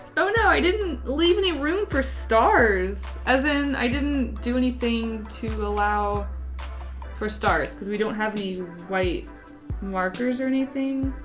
oh, no, i didn't leave any room for stars. as in i didn't do anything to allow for stars because we don't have any white markers or